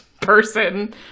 person